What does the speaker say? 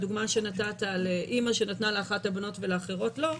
הדוגמה שנתת על אמא שנתנה לאחת הבנות ולאחרות לא,